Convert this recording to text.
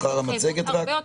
המצגת.